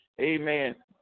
Amen